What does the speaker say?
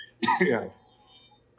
Yes